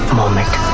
moment